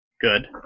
Good